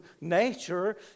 nature